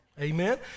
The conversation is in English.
Amen